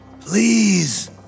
Please